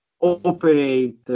operate